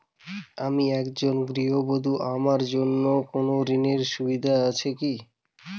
আমি একজন গৃহবধূ আমার জন্য কোন ঋণের সুযোগ আছে কি?